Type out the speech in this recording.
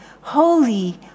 holy